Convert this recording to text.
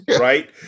Right